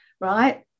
right